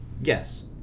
Yes